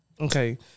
Okay